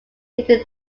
needed